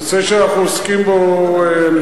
הנושא שאנחנו עוסקים בו מעסיק,